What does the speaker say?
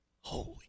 Holy